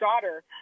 daughter